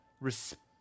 respect